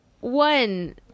one